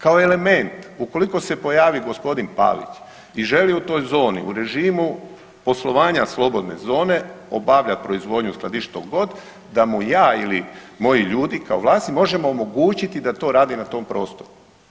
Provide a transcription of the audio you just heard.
Kao element, ukoliko se pojavi g. Pavić i želi u toj zoni u režimu poslovanja slobodne zone obavljati proizvodnju, skladištit, što god, da mu ja ili moji ljudi kao vlasnici možemo omogućiti da to radi na tom prostoru.